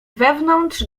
wewnątrz